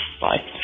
Bye